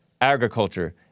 agriculture